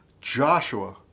Joshua